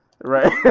Right